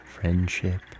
friendship